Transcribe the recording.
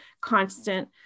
constant